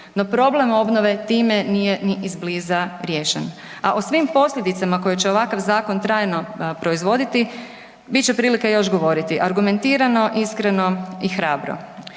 no problem obnove time nije ni izbliza riješen. A o svim posljedicama koje će ovakav zakon trajno proizvoditi, bit će prilike još govoriti, argumentirano, iskreno i hrabro.